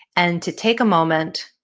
and to take a moment,